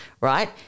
right